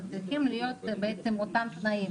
צריכים להיות בעצם אותם תנאים.